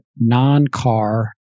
non-car